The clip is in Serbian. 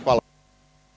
Hvala.